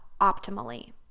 optimally